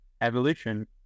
evolution